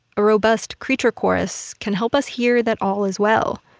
a robust creature chorus can help us hear that all is well.